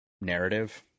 narrative